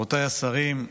רבותיי השרים,